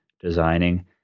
designing